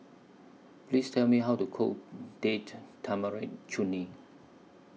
Please Tell Me How to Cook Date Tamarind Chutney